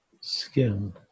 skin